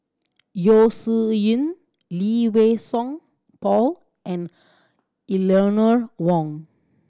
Yeo Shih Yun Lee Wei Song Paul and Eleanor Wong